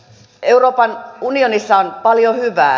euroopan unionissa on paljon hyvää